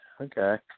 Okay